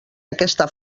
aquesta